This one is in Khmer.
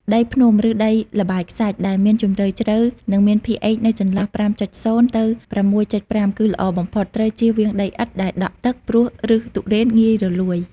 ដីភ្នំ ឬដីល្បាយខ្សាច់ដែលមានជម្រៅជ្រៅ និងមាន pH នៅចន្លោះ ៥.០ ទៅ ៦.៥ គឺល្អបំផុត ត្រូវជៀសវាងដីឥដ្ឋដែលដក់ទឹក ព្រោះឬសទុរេនងាយរលួយ។